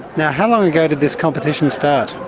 yeah how long ago did this competition start?